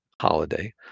holiday